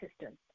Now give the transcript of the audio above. system